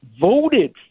voted